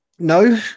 No